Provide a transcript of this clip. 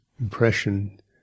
impression